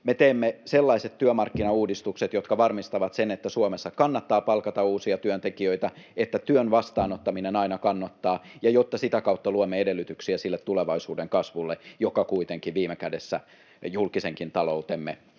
Me teemme sellaiset työmarkkinauudistukset, jotka varmistavat sen, että Suomessa kannattaa palkata uusia työntekijöitä, että työn vastaanottaminen aina kannattaa, ja sitä kautta luomme edellytyksiä sille tulevaisuuden kasvulle, joka kuitenkin viime kädessä julkisenkin taloutemme